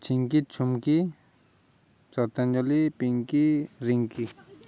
Chhinki Chhumki Satanjali Pinki Rinki